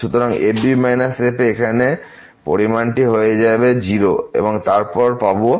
সুতরাং f b f এখানে এই পরিমাণটি হয়ে যাবে 0 এবং তারপর আমরাপাব fc 0